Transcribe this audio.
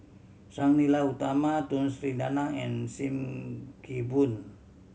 Sang Nila Utama Tun Sri Lanang and Sim Kee Boon